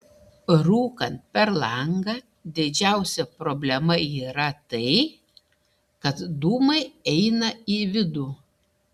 rūkant per langą didžiausia problema yra tai kad dūmai eina į vidų